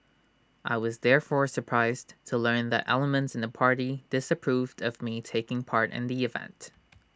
I was therefore surprised to learn that elements in the party disapproved of me taking part in the event